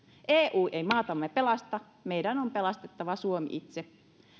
eu ei maatamme pelasta meidän on pelastettava suomi itse